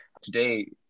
Today